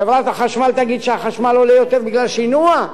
חברת החשמל תגיד שהחשמל עולה יותר בגלל שינוע?